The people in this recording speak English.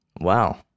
Wow